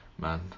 Man